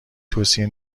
توصیه